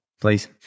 please